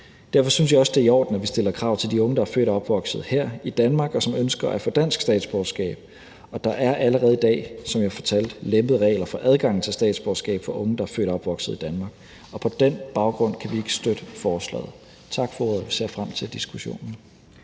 Derfor synes jeg også, det er i orden, at vi stiller krav til de unge, der er født og opvokset her i Danmark, og som ønsker at få dansk statsborgerskab. Der er allerede i dag, som jeg fortalte, lempede regler for adgangen til statsborgerskab for unge, der er født og opvokset i Danmark. På den baggrund kan vi ikke støtte forslaget. Tak for ordet. Vi ser frem til diskussionen.